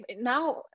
now